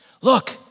look